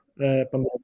Pandora